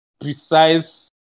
precise